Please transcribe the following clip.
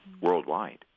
worldwide